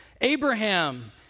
Abraham